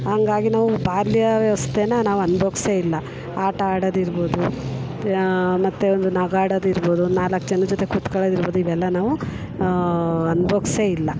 ಹಂಗಾಗಿ ನಾವು ಬಾಲ್ಯ ವ್ಯವಸ್ಥೆನ ನಾವು ಅನುಭವ್ಸೇ ಇಲ್ಲ ಆಟ ಆಡೋದು ಇರ್ಬೋದು ಮತ್ತೆ ಒಂದು ನಗಾಡೋದು ಇರ್ಬೋದು ಒಂದು ನಾಲ್ಕು ಜನದ ಜೊತೆ ಕೂತ್ಕೊಳ್ಳೋದು ಇರ್ಬೋದು ಇವೆಲ್ಲ ನಾವು ಅನುಭವ್ಸೇ ಇಲ್ಲ